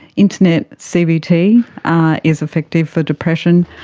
internet cbt is effective for depression,